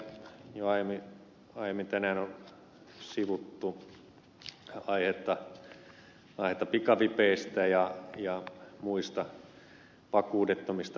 jo aiemmin tänään on sivuttu aihetta pikavipeistä ja muista vakuudettomista veloista